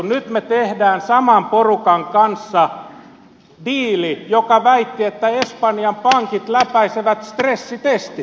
nyt me teemme diilin saman porukan kanssa joka väitti että espanjan pankit läpäisevät stressitestit